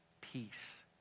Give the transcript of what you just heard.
Peace